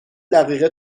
دقیقه